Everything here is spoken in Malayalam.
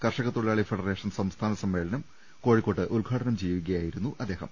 കർഷക തൊഴിലാളി ഫെഡറേഷൻ സംസ്ഥാന സമ്മേളനം കോഴിക്കോട്ട് ഉദ്ഘാടനം ചെയ്യുകയായിരുന്നു അദ്ദേഹം